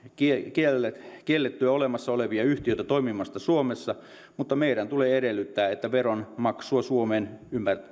kiellettyä olemassa olevia yhtiöitä toimimasta suomessa mutta meidän tulee edellyttää veronmaksua suomeen